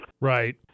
Right